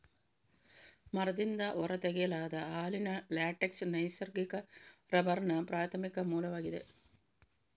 ಮರದಿಂದ ಹೊರ ತೆಗೆಯಲಾದ ಹಾಲಿನ ಲ್ಯಾಟೆಕ್ಸ್ ನೈಸರ್ಗಿಕ ರಬ್ಬರ್ನ ಪ್ರಾಥಮಿಕ ಮೂಲವಾಗಿದೆ